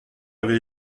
avait